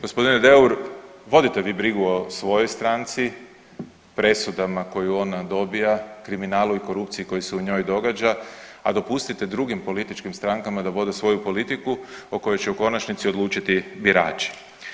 Gospodine Deur, vodite vi brigu o svojoj stranci, presudama koja ona dobija, kriminalu i korupciji koji se u njoj događa, a dopustite drugim političkim strankama da vode svoju politiku o kojoj će u konačnici odlučiti birači.